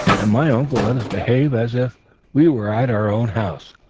and my uncle let us behave as if we were at our own house.